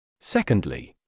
Secondly